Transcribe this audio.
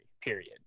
Period